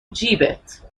جیبت